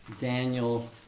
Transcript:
Daniel